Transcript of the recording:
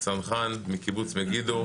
צנחן מקיבוץ מגידו,